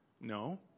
No